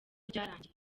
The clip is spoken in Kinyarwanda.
ryarangiye